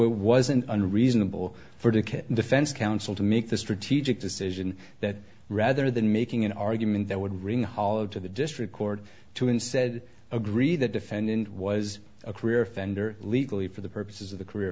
it wasn't unreasonable for the kitten defense counsel to make the strategic decision that rather than making an argument that would ring hollow to the district court to instead agree that defendant was a career offender legally for the purposes of the career